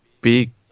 big